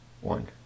one